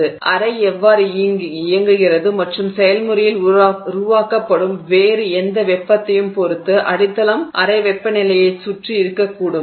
கலன் அறை எவ்வாறு இயங்குகிறது மற்றும் செயல்முறையில் உருவாக்கப்படும் வேறு எந்த வெப்பத்தையும் பொறுத்து அடித்தளம் அறை வெப்பநிலையைச் சுற்றி இருக்கக்கூடும்